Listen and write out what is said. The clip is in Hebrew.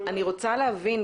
אני רוצה להבין,